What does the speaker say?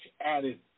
added